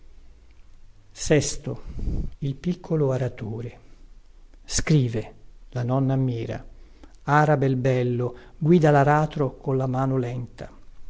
delle fate scrive la nonna ammira ara bel bello guida laratro con la mano lenta